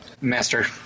master